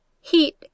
Heat